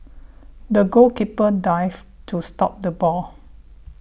the goalkeeper dived to stop the ball